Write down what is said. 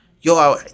yo